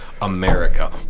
America